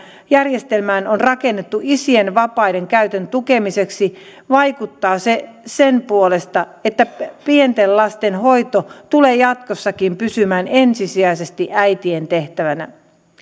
järjestelmään on rakennettu isien vapaiden käytön tukemiseksi vaikuttaa se sen puolesta että pienten lasten hoito tulee jatkossakin pysymään ensisijaisesti äitien tehtävänä